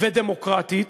ודמוקרטית